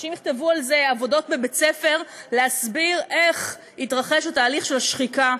אנשים יכתבו על זה עבודות בבית-ספר להסביר איך התרחש התהליך של השחיקה